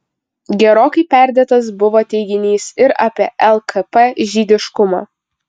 gerokai perdėtas buvo teiginys ir apie lkp žydiškumą